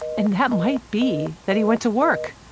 and that might be, that he went to work.